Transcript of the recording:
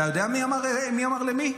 אתה יודע מי אמר למי?